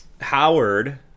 Howard